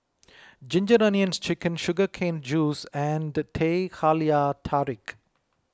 Ginger Onions Chicken Sugar Cane Juice and Teh Halia Tarik